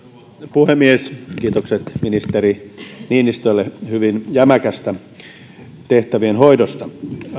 puhemies kiitokset ministeri niinistölle hyvin jämäkästä tehtävien hoidosta